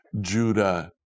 Judah